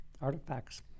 artifacts